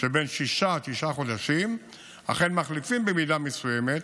שבין שישה עד תשעה חודשים אכן מחליפים במידה מסוימת